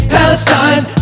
Palestine